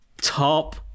top